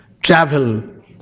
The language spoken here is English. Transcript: travel